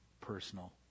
personal